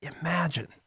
Imagine